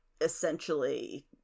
essentially